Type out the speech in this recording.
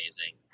amazing